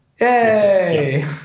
Yay